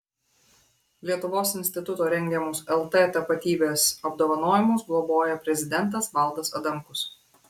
lietuvos instituto rengiamus lt tapatybės apdovanojimus globoja prezidentas valdas adamkus